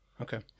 okay